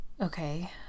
Okay